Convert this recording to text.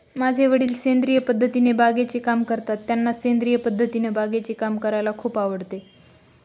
माझे वडील सेंद्रिय पद्धतीने बागेचे काम करतात, त्यांना सेंद्रिय पद्धतीने बागेचे काम करायला खूप आवडते